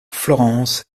florence